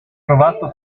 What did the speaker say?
trovato